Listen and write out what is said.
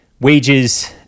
wages